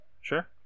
sure